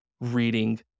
reading